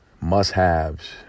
must-haves